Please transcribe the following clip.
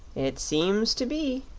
it seems to be,